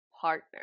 partner